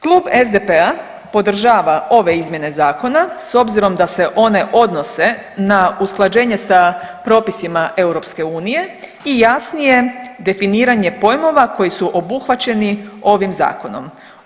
Klub SDP-a podržava ove izmjene zakona s obzirom da se one odnose na usklađenje sa propisima EU i jasnije definiranje pojmova koji su obuhvaćeni ovim zakonom.